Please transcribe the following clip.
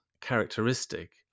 characteristic